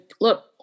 look